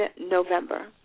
November